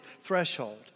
threshold